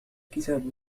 كتابك